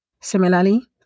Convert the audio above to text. Similarly